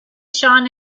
shone